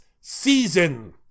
season